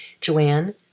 Joanne